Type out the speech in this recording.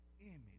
image